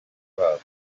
babo